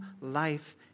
life